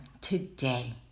today